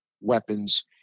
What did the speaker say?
weapons